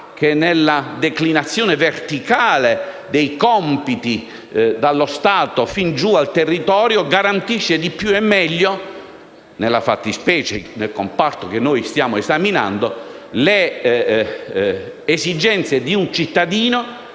che, nella declinazione verticale dei compiti, dallo Stato fin giù al territorio, garantisce di più e meglio, nel comparto che stiamo esaminando, le esigenze del cittadino.